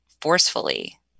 forcefully